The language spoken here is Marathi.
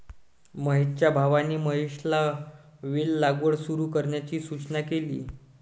महेशच्या भावाने महेशला वेल लागवड सुरू करण्याची सूचना केली